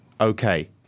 okay